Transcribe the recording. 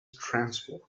transport